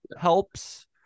helps